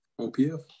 OPF